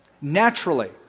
Naturally